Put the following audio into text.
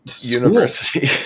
university